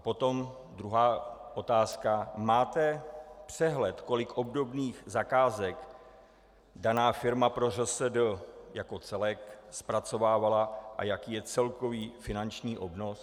Potom druhá otázka: Máte přehled, kolik obdobných zakázek daná firma pro ŘSD jako celek zpracovávala a jaký je celkový finanční obnos?